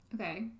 Okay